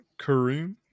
Kareem